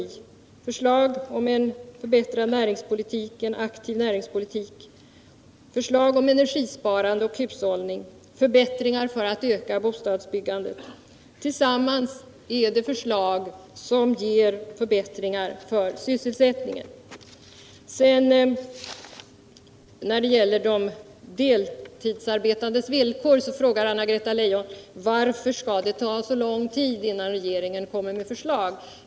Det är förslag om en förbättrad och aktiv näringspolitik, energisparande och hushållning och förbättringar för att öka bostadsbyggandet. Tillsammans är det förslag som ökar sysselsättningen. När det gäller de deltidsarbetandes villkor frågar Anna-Greta Leijon varför det skall ta så lång tid innan regeringen kommer med förslag.